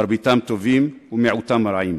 מרביתם טובים ומיעוטם רעים.